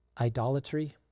idolatry